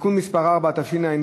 (תיקון מס' 4), התשע"ד.